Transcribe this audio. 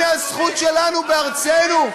הנה הזכות שלנו בארצנו,